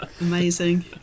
Amazing